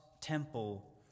temple